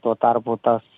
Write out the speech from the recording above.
tuo tarpu tas